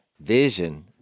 vision